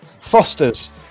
Foster's